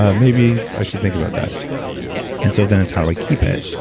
ah maybe i should think about that and so then it's, how do i keep it?